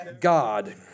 God